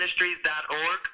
ministries.org